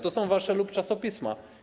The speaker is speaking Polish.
To są wasze „lub czasopisma”